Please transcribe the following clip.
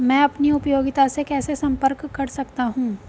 मैं अपनी उपयोगिता से कैसे संपर्क कर सकता हूँ?